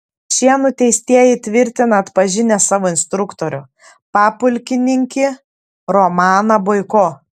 šie nuteistieji tvirtina atpažinę savo instruktorių papulkininkį romaną boiko